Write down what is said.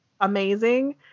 amazing